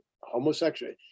homosexual